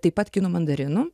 taip pat kinų mandarinų